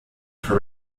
for